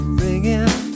ringing